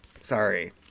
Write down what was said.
sorry